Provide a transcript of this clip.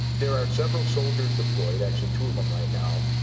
there are several soldiers deployed actually two of them right now